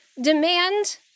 demand